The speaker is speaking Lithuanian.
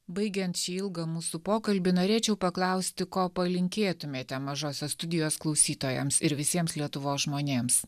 baigiant šį ilgą mūsų pokalbį norėčiau paklausti ko palinkėtumėte mažosios studijos klausytojams ir visiems lietuvos žmonėms